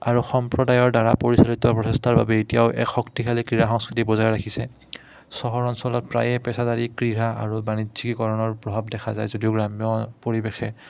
আৰু সম্প্ৰদায়ৰ দ্বাৰা পৰিচালিত প্ৰচেষ্টাৰ বাবে এতিয়াও এক শক্তিশালী ক্ৰীড়া সংস্কৃতি বজাই ৰাখিছে চহৰ অঞ্চলত প্ৰায়ে পেচাদাৰী ক্ৰীড়া আৰু বাণিজ্যিকীকৰণৰ প্ৰভাৱ দেখা যায় যদিও গ্ৰাম্য পৰিৱেশে